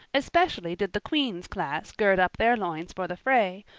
especially did the queen's class gird up their loins for the fray,